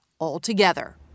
altogether